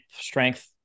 strength